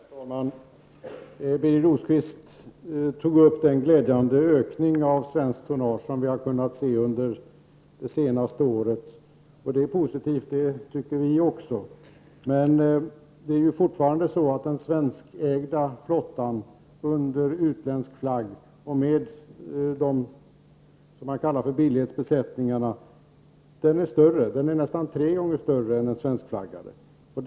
Herr talman! Birger Rosqvist tog upp den glädjande ökning av svenskt tonnage som vi har kunnat se under det senaste året. Vi tycker också att det är positivt. Men den svenskägda flottan under utländsk flagg och med de s.k. billighetsbesättningarna är nästan tre gånger så stor som den svenskflaggade flottan.